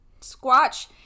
Squatch